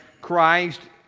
Christ